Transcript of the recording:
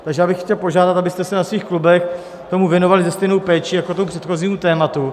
Takže já bych chtěl požádat, abyste se na svých klubech tomu věnovali se stejnou péčí jako tomu předchozímu tématu.